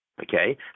Okay